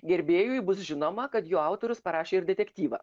gerbėjui bus žinoma kad jų autorius parašė ir detektyvą